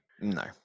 No